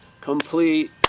complete